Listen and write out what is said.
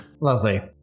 Lovely